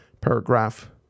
paragraph